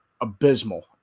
abysmal